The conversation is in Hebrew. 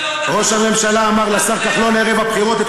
ראש הממשלה אמר לשר כחלון ערב הבחירות: את